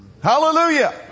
Hallelujah